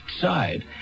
side